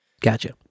Gotcha